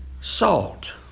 Salt